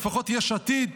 לפחות יש עתיד,